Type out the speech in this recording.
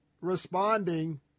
responding